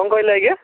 କ'ଣ କହିଲେ ଆଜ୍ଞା